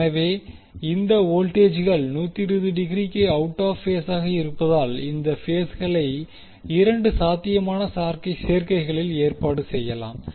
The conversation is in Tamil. எனவே இந்த வோல்டேஜ்கள் 120 டிகிரிக்கு அவுட் ஆப் பேஸ் ஆக இருப்பதால் இந்த பேஸ் களை 2 சாத்தியமான சேர்க்கைகளில் ஏற்பாடு செய்யலாம்